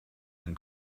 ein